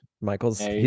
Michael's